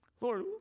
Lord